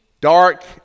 dark